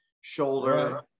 shoulder